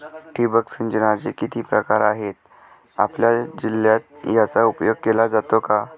ठिबक सिंचनाचे किती प्रकार आहेत? आपल्या जिल्ह्यात याचा उपयोग केला जातो का?